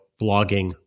blogging